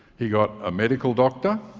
he got a medical doctor.